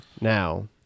now